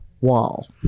wall